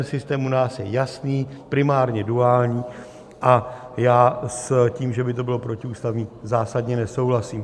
Systém u nás je jasný, primárně duální, a já s tím, že by to bylo protiústavní, zásadně nesouhlasím.